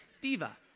diva